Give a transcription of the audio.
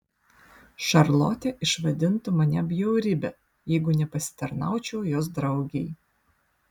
šarlotė išvadintų mane bjaurybe jeigu nepasitarnaučiau jos draugei